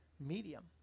medium